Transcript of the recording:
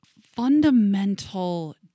fundamental